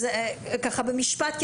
במשפט.